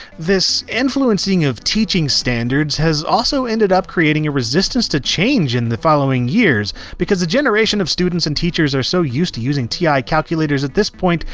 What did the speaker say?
this influencing of teaching standards has also ended up creating a resistance to change in the following years, because a generation of students and teachers are so used to using ti calculators at this point,